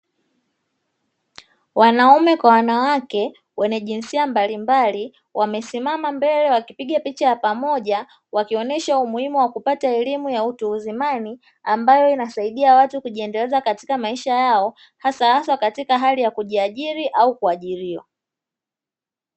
Wanaume kwa wanawake wenye jinsia mbalimbali wamesimama mbele wakipiga picha ya pamoja, wakionesha umuhimu wa kupata elimu ya utu uzimani, ambayo inawasaidia watu kujiendeleza katika maisha yao, hasa hasa katika hali ya kujiajili au kuajiliwa.